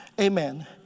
Amen